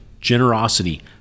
generosity